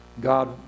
God